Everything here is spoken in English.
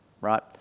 Right